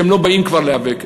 שהם לא באים כבר להיאבק.